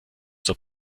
zur